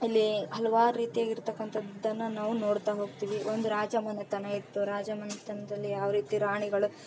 ಇಲ್ಲಿ ಹಲವಾರು ರೀತಿಯಾಗಿ ಇರ್ತಕ್ಕಂಥದ್ದನ್ನ ನಾವು ನೋಡ್ತಾ ಹೋಗ್ತೀವಿ ಒಂದು ರಾಜ ಮನೆತನ ಇತ್ತು ರಾಜ ಮನೆತನದಲ್ಲಿ ಯಾವ ರೀತಿ ರಾಣಿಗಳು